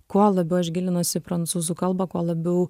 kuo labiau aš gilinuos į prancūzų kalbą kuo labiau